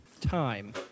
time